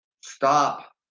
stop